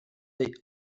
day